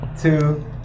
two